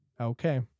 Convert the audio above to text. Okay